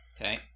Okay